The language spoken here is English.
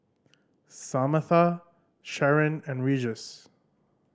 Samatha Sheron and Regis